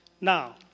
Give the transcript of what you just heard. now